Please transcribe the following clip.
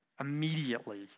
immediately